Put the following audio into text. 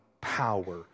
power